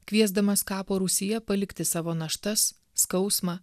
kviesdamas kapo rūsyje palikti savo naštas skausmą